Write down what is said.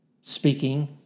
speaking